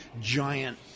giant